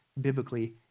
biblically